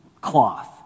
cloth